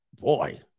Boy